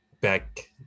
back